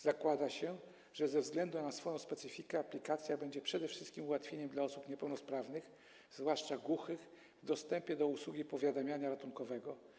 Zakłada się, że ze względu na swoją specyfikę aplikacja będzie przede wszystkim ułatwieniem dla osób niepełnosprawnych, zwłaszcza głuchych, jeżeli chodzi o dostęp do usługi powiadamiania ratunkowego.